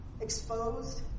Exposed